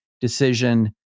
decision